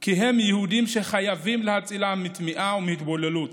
כי הם "יהודים שחייבים להצילם מטמיעה ומהתבוללות